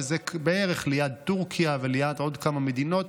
שזה בערך ליד טורקיה וליד עוד כמה מדינות,